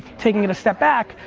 taking it a step back,